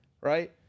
Right